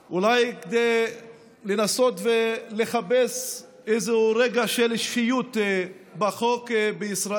אולי כדי לנסות לחפש איזה רגע של שפיות בחוק בישראל.